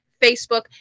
Facebook